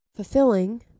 fulfilling